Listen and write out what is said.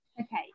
okay